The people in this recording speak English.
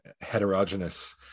heterogeneous